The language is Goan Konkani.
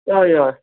अय अ